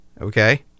okay